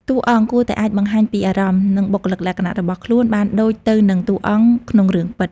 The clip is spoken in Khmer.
តួអង្គគួរតែអាចបង្ហាញពីអារម្មណ៍ និងបុគ្គលិកលក្ខណៈរបស់ខ្លួនបានដូចទៅនឹងតួអង្គក្នុងរឿងពិត។